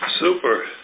Super